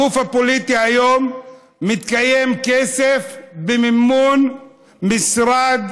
הגוף הפוליטי היום מתקיים במימון המשרד